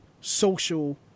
social